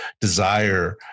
desire